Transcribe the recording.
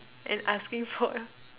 and asking for a